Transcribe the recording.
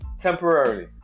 temporarily